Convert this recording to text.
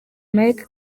mike